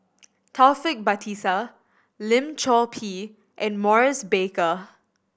Taufik Batisah Lim Chor Pee and Maurice Baker